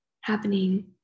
happening